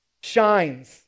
shines